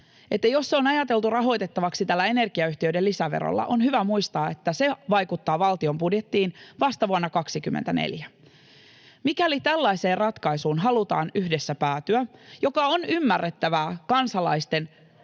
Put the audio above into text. jos se on ajateltu rahoitettavaksi tällä energiayhtiöiden lisäverolla, on hyvä muistaa, että se vaikuttaa valtion budjettiin vasta vuonna 24. Mikäli tällaiseen ratkaisuun halutaan yhdessä päätyä, mikä on ymmärrettävää kansalaisten kärsimysten